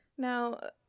Now